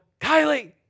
Kylie